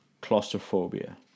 claustrophobia